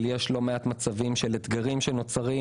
יש לא מעט מצבים של אתגרים שנוצרים,